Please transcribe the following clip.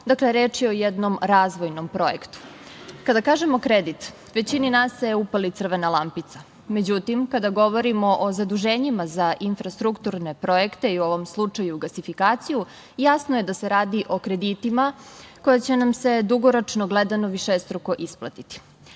dakle reč je o jednom razvojnom projektu. Kada kažemo kredit, većini nas se upali crvena lampica. Međutim, kada govorimo o zaduženjima za infrastrukturne projekte i u ovom slučaju gasifikaciju, jasno je da se radi o kreditima koji će nam se dugoročno gledano višestruko isplatiti. Pre